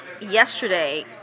Yesterday